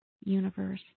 universe